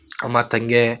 ಮತ್ತು ಹಾಗೇ